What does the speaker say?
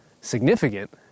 significant